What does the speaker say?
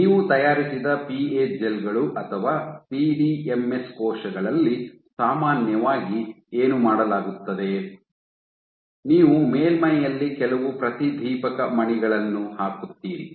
ನೀವು ತಯಾರಿಸಿದ PA gel ಗಳು ಅಥವಾ ಪಿಡಿಎಂಎಸ್ ಕೋಶಗಳಲ್ಲಿ ಸಾಮಾನ್ಯವಾಗಿ ಏನು ಮಾಡಲಾಗುತ್ತದೆ ನೀವು ಮೇಲ್ಮೈಯಲ್ಲಿ ಕೆಲವು ಪ್ರತಿದೀಪಕ ಮಣಿಗಳನ್ನು ಹಾಕುತ್ತೀರಿ